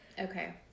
Okay